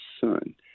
son